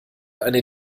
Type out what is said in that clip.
eine